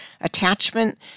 attachment